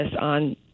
on